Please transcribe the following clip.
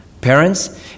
Parents